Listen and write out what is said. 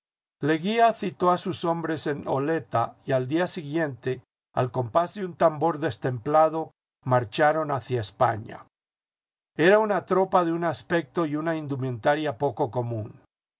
leguía citó a sus hombres en oleta y al día siguiente al compás de un tambor destemplado marcharon hacia españa era una tropa de un aspecto y de una indumentaria poco común